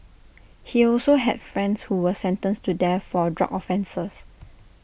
he also had friends who were sentenced to death for drug offences